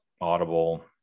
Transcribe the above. Audible